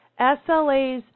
SLAs